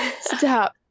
Stop